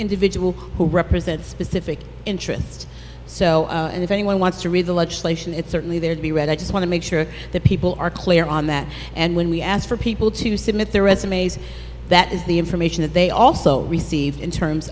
individual who represent specific interests so if anyone wants to read the legislation it's certainly there to be read i just want to make sure that people are clear on that and when we asked for people to submit their resumes that is the information that they also received in terms